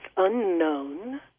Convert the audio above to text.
unknown